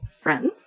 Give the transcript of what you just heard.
friends